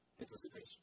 anticipation